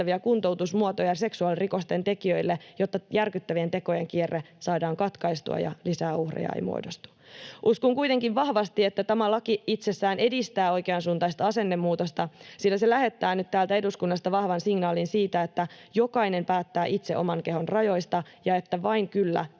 kuntoutusmuotoja seksuaalirikosten tekijöille, jotta järkyttävien tekojen kierre saadaan katkaistua ja lisää uhreja ei muodostu. Uskon kuitenkin vahvasti, että tämä laki itsessään edistää oikeansuuntaista asennemuutosta, sillä se lähettää nyt täältä eduskunnasta vahvan signaalin siitä, että jokainen päättää itse oman kehonsa rajoista, ja että vain kyllä